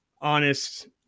honest